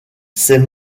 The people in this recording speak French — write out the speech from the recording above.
ces